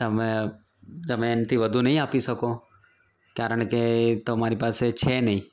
તમે તમે એનાથી વધુ નહીં આપી શકો કારણ કે તમારી પાસે છે નહીં